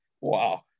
Wow